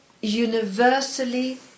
universally